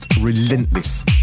relentless